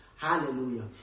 Hallelujah